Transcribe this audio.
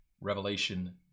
Revelation